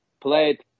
played